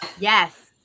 Yes